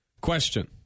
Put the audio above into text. Question